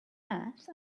earth